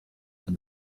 than